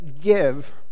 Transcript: give